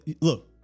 Look